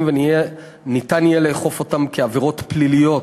וניתן יהיה לאכוף זאת כעבירה פלילית,